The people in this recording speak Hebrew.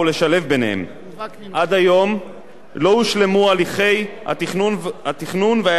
עד היום לא הושלמו הליכי התכנון וההיערכות של המדינה ושל